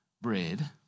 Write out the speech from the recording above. bread